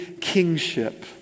kingship